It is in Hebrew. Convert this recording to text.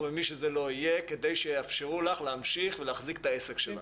ממי שזה לא יהיה כדי שיאפשרו לך להמשיך ולהחזיק את העסק שלך?